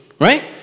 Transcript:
right